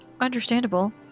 understandable